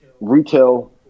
retail